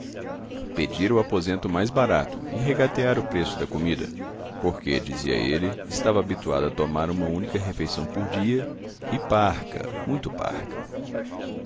pedira o aposento mais barato e regateara o preço da comida porque dizia ele estava habituado a tomar uma única refeição por dia e parca muito parca